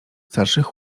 starszych